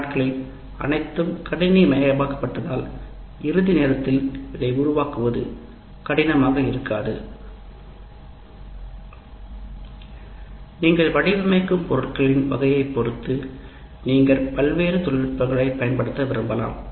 இந்த நாட்களில் அனைத்தும் கணினிமயமாக்கப்படுவதால் இதை உருவாக்குவது கடினமாக இருக்கக்கூடாது நீங்கள் வடிவமைக்கும் பொருட்களின் வகையைப் பொறுத்து நீங்கள் வேறு தொழில்நுட்பங்கள் பயன்படுத்த விரும்பலாம்